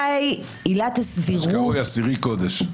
מה שקרוי עשירי קודש.